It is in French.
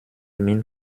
mine